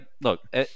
look –